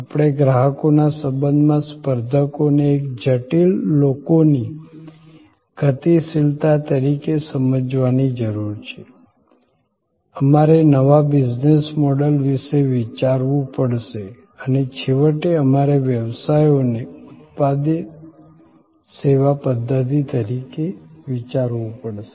આપણે ગ્રાહકોના સંબંધમાં સ્પર્ધકોને એક જટિલ લોકોની ગતિશીલતા તરીકે સમજવાની જરૂર છે અમારે નવા બિઝનેસ મૉડલ વિશે વિચારવું પડશે અને છેવટે અમારે વ્યવસાયોને ઉત્પાદન સેવા પધ્ધતિ તરીકે વિચારવું પડશે